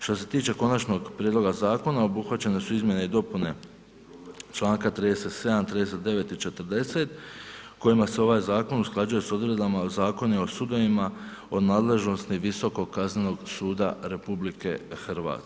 Što se tiče konačnog prijedloga zakona obuhvaćene su izmjene i dopune Članka 37., 39. i 40. kojima se ovaj zakon usklađuje s odredbama Zakona o sudovima o nadležnosti Visokog kaznenog suda RH.